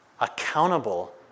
accountable